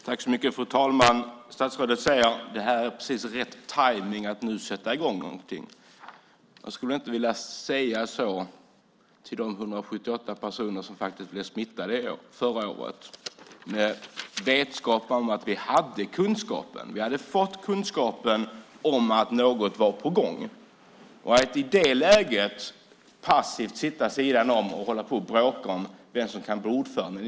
Fru talman! Statsrådet säger att det är precis rätt tajmning att nu sätta i gång någonting. Jag skulle inte vilja säga så till de 178 personer som blev smittade förra året. Vi hade kunskapen. Vi hade fått kunskapen om att något var på gång. I det läget kan man inte passivt sitta vid sidan om och bråka om vem som ska vara ordförande.